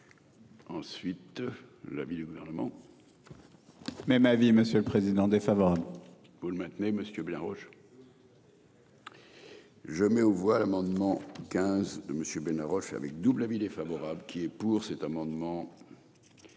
Ensuite. L'avis du gouvernement. Même avis. Monsieur le Président défavorable. Vous le maintenez, monsieur blanc rouge. Je mets aux voix l'amendement 15 de monsieur. Avec double avis défavorable qui est pour cet amendement.